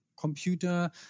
computer